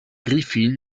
griffin